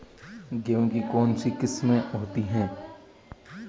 गेहूँ की कौन कौनसी किस्में होती है?